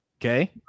Okay